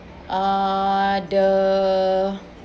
uh the